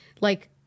Like-